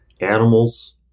animals